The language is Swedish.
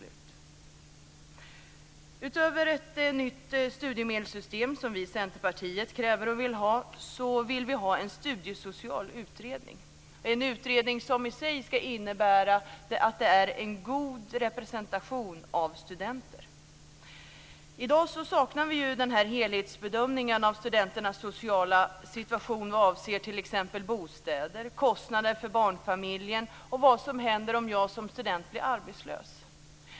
Utöver det nya studiemedelssystem som vi i Centerpartiet kräver vill vi ha en studiesocial utredning. Utredningen skall ha en god representation av studenter. Vi saknar i dag en helhetsbedömning av studenternas sociala situation vad avser t.ex. bostäder, kostnader för barnfamiljer och vad som händer om jag som student blir arbetslös.